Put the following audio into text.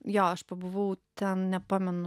jo aš pabuvau ten nepamenu